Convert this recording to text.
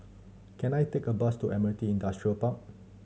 can I take a bus to Admiralty Industrial Park